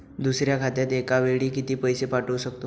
दुसऱ्या खात्यात एका वेळी किती पैसे पाठवू शकतो?